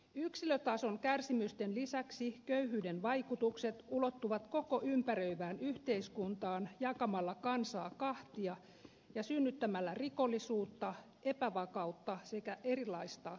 yksilötason kärsimysten lisäksi köyhyyden vaikutukset ulottuvat koko ympäröivään yhteiskuntaan jakamalla kansaa kahtia ja synnyttämällä rikollisuutta epävakautta sekä erilaista turvattomuutta